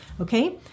Okay